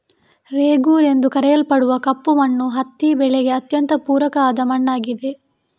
ರೇಗೂರ್ ಎಂದು ಕರೆಯಲ್ಪಡುವ ಕಪ್ಪು ಮಣ್ಣು ಹತ್ತಿ ಬೆಳೆಗೆ ಅತ್ಯಂತ ಪೂರಕ ಆದ ಮಣ್ಣಾಗಿದೆ